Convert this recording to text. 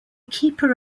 keeper